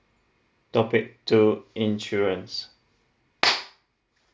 topic two insurance